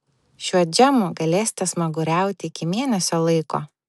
šiuo džemu galėsite smaguriauti iki mėnesio laiko